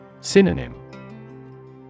Synonym